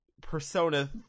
Persona